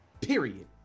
period